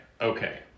Okay